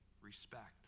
respect